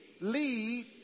lead